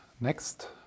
next